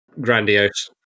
grandiose